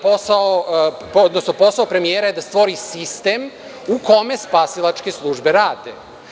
Posao premijera je da stvori sistem u kome spasilačke službe rade.